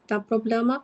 tą problemą